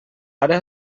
ara